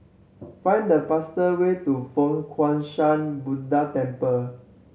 find the fastest way to Fo Guang Shan Buddha Temple